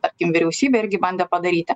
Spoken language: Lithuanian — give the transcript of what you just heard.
tarkim vyriausybė irgi bandė padaryti